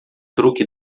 truque